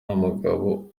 mugabo